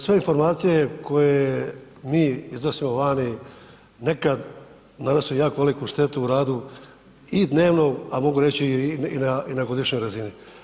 Sve informacije koje mi iznosimo vani nekad nanose jako veliku štetu u radu i dnevnog, a mogu reći i na godišnjoj razini.